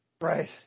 Right